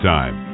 Time